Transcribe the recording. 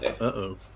Uh-oh